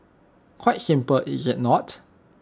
quite simple is IT not